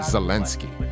Zelensky